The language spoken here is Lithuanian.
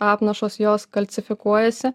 apnašos jos kalcifikuojasi